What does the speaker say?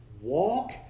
walk